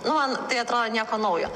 nu man tai atrodo nieko naujo